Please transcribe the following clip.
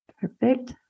Perfect